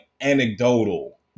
anecdotal